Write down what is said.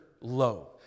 low